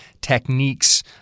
techniques